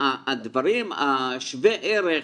הדברים שווי הערך